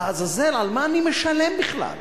לעזאזל, על מה אני משלם בכלל?